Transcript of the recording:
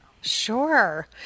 Sure